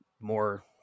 more